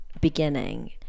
beginning